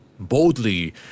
Boldly